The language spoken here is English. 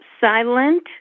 Silent